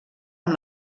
amb